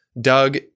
Doug